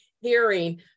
hearing